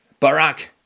Barack